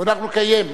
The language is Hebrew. אבל אנחנו נקיים,